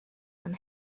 and